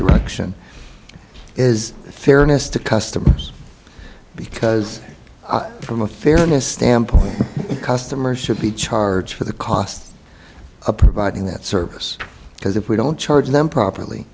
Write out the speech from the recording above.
direction is fairness to customers because from a fairness standpoint customers should be charged for the cost of providing that service because if we don't charge them properly